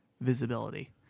visibility